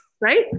right